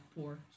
poor